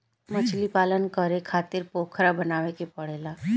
मछलीपालन करे खातिर पोखरा बनावे के पड़ेला